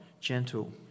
gentle